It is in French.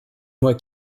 moi